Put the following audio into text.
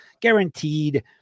Guaranteed